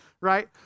right